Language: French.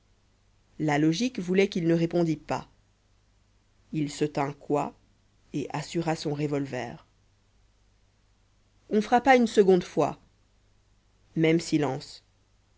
la logique voulait qu'il ne répondît pas il se tint coi et assura son revolver on frappa une seconde fois même silence